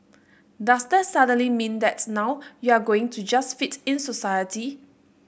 does that suddenly mean that now you're going to just fit in society